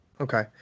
Okay